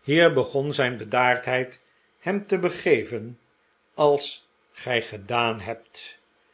hier begon zijn bedaardheid hem te begeven als gij gedaan hebt